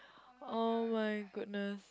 oh-my-goodness